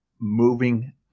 moving